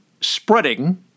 spreading